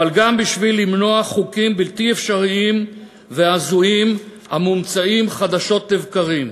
אבל גם בשביל למנוע חוקים בלתי אפשריים והזויים המומצאים חדשות לבקרים.